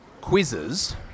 quizzes